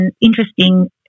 interesting